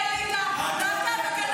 אני האליטה החדשה.